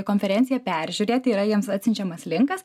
konferenciją peržiūrėti yra jiems atsiunčiamas linkas